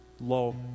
low